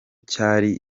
cyari